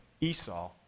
Esau